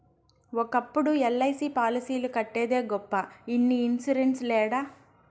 ఒకప్పుడు ఎల్.ఐ.సి పాలసీలు కట్టేదే గొప్ప ఇన్ని ఇన్సూరెన్స్ లేడ